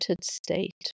state